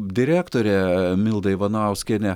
direktorė milda ivanauskienė